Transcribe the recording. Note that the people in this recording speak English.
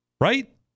Right